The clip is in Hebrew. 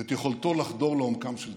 את יכולתו לחדור לעומקם של דברים.